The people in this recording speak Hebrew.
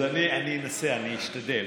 אז אני אנסה, אני אשתדל.